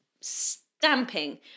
stamping